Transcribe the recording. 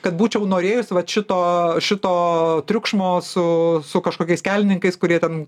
kad būčiau norėjus vat šito šito triukšmo su su kažkokiais kelininkais kurie ten